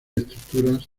estructuras